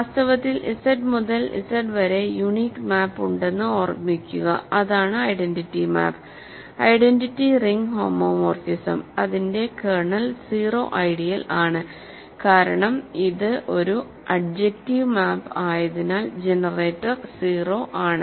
വാസ്തവത്തിൽ Z മുതൽ Z വരെ ഒരു യൂണീക് മാപ്പ് ഉണ്ടെന്ന് ഓർമ്മിക്കുക അതാണ് identity map identity ring homomorphism അതിന്റെ കേർണൽ 0 ഐഡിയൽ ആണ് കാരണം ഇത് ഒരു അഡ്ജെക്റ്റീവ് മാപ്പ് ആയതിനാൽ ജനറേറ്റർ 0 ആണ്